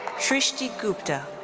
srishti gupta.